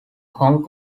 hong